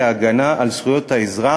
למסד מצב בין-לאומי להגנה על זכויות האזרח